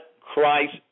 Christ